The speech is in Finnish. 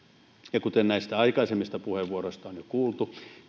kuten aikaisemmista puheenvuoroista on jo kuultu